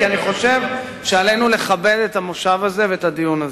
כי אני חושב שעלינו לכבד את המושב הזה ואת הדיון הזה.